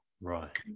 right